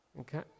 Okay